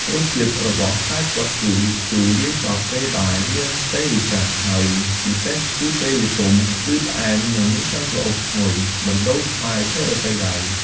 រសជាតិរបស់ផ្លែខ្វិតគឺ ជូរលាយចត់ពេលដែលវាខ្ចីឬចាស់ ហើយពិសេសគឺពេលវាទុំគឺផ្អែមនិងមានក្លិនក្រអូបឈ្ងុយ មិនដូចផ្លែឈើដទៃឡើយ។